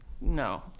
No